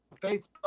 Facebook